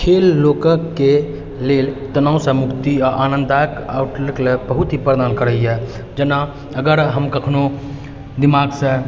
खेल लोककके लेल तनाव सँ मुक्ति आओर आनन्दायक आउटलुक लए बहुत ही वर्णन करैया जेना अगर हम कखनो दिमागसँ